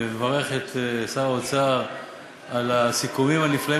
ומברך את שר האוצר על הסיכומים הנפלאים